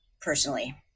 personally